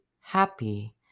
happy